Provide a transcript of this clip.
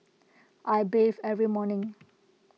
I bathe every morning